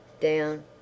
Down